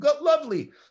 Lovely